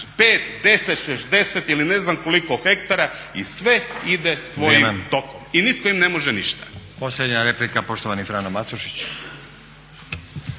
5, 10, 60 ili ne znam koliko hektara i sve ide svojim tokom i nitko im ne može ništa.